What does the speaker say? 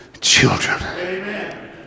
children